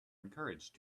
encouraged